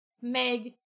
Meg